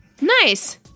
Nice